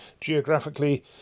geographically